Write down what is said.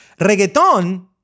Reggaeton